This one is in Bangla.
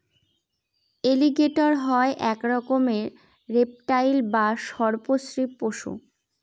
এলিগেটের হয় এক রকমের রেপ্টাইল বা সর্প শ্রীপ পশু